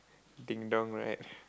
ding-dong right